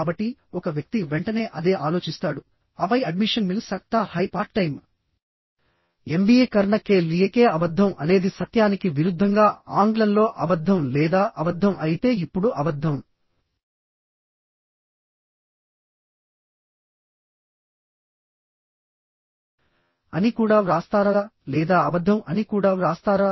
కాబట్టి ఒక వ్యక్తి వెంటనే అదే ఆలోచిస్తాడు ఆపై అడ్మిషన్ మిల్ సక్తా హై పార్ట్ టైమ్ ఎంబీఏ కర్ణ కే లిఏ కే అబద్ధం అనేది సత్యానికి విరుద్ధంగా ఆంగ్లంలో అబద్ధం లేదా అబద్ధం అయితే ఇప్పుడు అబద్ధం అని కూడా వ్రాస్తారా లేదా అబద్ధం అని కూడా వ్రాస్తారా